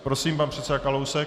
Prosím pan předseda Kalousek.